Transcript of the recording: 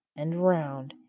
and round,